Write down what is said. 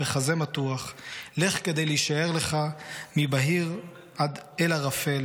בחזה מתוח / לך כדי להישאר לך מבָּהיר אל ערפל